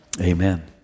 Amen